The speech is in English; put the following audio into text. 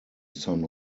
son